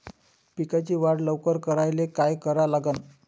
पिकाची वाढ लवकर करायले काय करा लागन?